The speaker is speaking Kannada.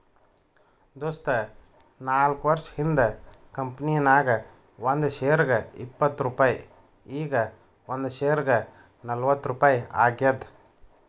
ದೋಸ್ತ ನಾಕ್ವರ್ಷ ಹಿಂದ್ ಕಂಪನಿ ನಾಗ್ ಒಂದ್ ಶೇರ್ಗ ಇಪ್ಪತ್ ರುಪಾಯಿ ಈಗ್ ಒಂದ್ ಶೇರ್ಗ ನಲ್ವತ್ ರುಪಾಯಿ ಆಗ್ಯಾದ್